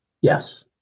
yes